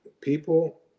people